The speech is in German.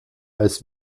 als